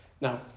Now